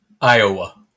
Iowa